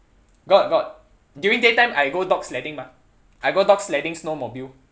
got got during daytime I go dog sledding mah I go dog sledding snowmobile